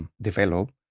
develop